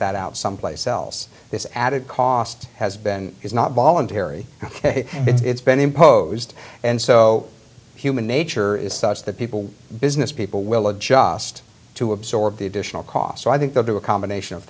that out someplace else this added cost has been is not voluntary ok it's been imposed and so human nature is such that people business people will adjust to absorb the additional cost so i think they'll do a combination of